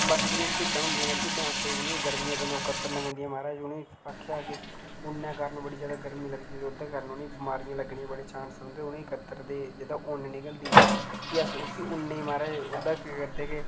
बाकी जेह्ड़ियां भिड्ढां होंदियां ते भिड्ढां अस उ'नेंगी गर्मियें दे दिनें च कतरना पौंदियां महाराज उ'नेंगी आखेआ के उन्नै कारण बड़ी ज्यादा गर्मी लगदी उ'नेंगी ओह्दे कारण उ'नेंगी बमारियें लग्गने दे बड़े चांस रौंह्दे उ'नेंगी कतरदे ते जेह्दी उन्न निकलदी फ्ही अस उसी उन्न गी महाराज ओह्दा केह् करदे के